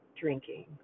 drinking